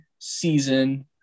season